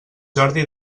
jordi